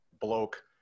bloke